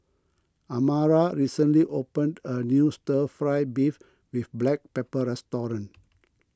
Amara recently opened a new Stir Fry Beef with Black Pepper restaurant